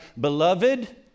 Beloved